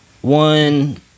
One